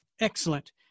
Excellent